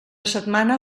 setmana